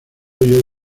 hoy